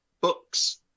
books